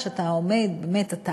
שאתה אבל ונמצא